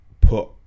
put